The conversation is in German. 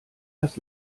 das